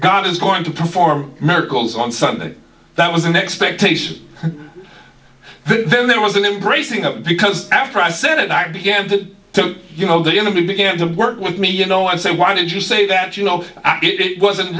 god is going to perform miracles on something that was an expectation then there was an embracing of it because after i sent it i began to to you know the enemy began to work with me you know i say why did you say that you know it wasn't